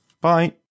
bye